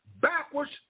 backwards